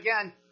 Again